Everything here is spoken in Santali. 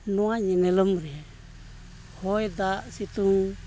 ᱱᱚᱣᱟ ᱧᱮᱱᱮᱞᱚᱢ ᱨᱮ ᱦᱚᱭᱼᱫᱟᱜ ᱥᱤᱛᱩᱝ